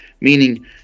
Meaning